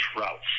routes